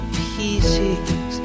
pieces